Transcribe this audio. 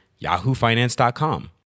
yahoofinance.com